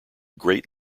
great